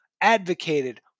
advocated